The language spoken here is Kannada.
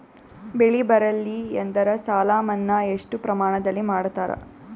ಬೆಳಿ ಬರಲ್ಲಿ ಎಂದರ ಸಾಲ ಮನ್ನಾ ಎಷ್ಟು ಪ್ರಮಾಣದಲ್ಲಿ ಮಾಡತಾರ?